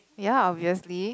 ya obviously